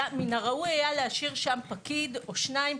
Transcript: מן הראוי היה להשאיר שם פקיד או שניים,